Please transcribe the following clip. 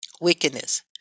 Wickedness